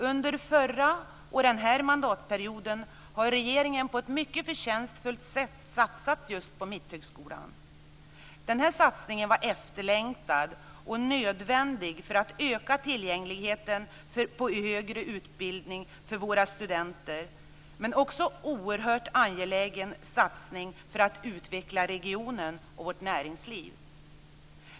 Under den förra och den nuvarande mandatperioden har regeringen på ett mycket förtjänstfullt sätt satsat just på Mitthögskolan. Denna satsning var efterlängtad och nödvändig för att öka tillgängligheten till högre utbildning för våra studenter men också oerhört angelägen för att utveckla regionen och vårt näringsliv.